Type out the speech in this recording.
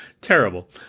terrible